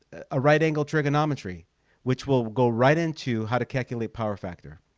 a right angle trigonometry which will go right into how to calculate power factor.